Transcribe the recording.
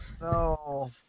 No